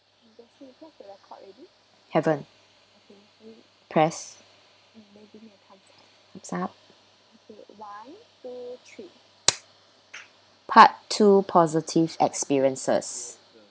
haven't press it's up part two positives experiences